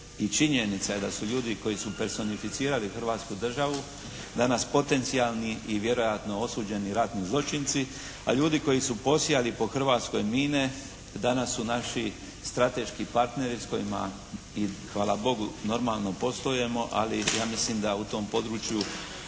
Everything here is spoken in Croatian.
i činjenica je da su ljudi koji su personificirali hrvatsku državu danas potencijalni i vjerojatno osuđeni ratni zločinci, a ljudi koji su posijali po Hrvatskoj mine, danas su naši strateški partneri s kojima i hvala Bogu, normalno poslujemo, ali ja mislim da u tom području